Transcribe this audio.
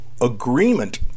agreement